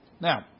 now